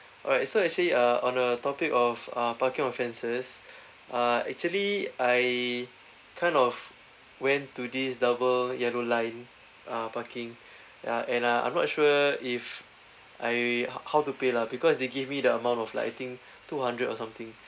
all right so actually uh on the topic of uh parking offences uh actually I kind of went to this double yellow line uh parking ya and uh I'm not sure if I how to pay lah because they give me the amount of like I think two hundred or something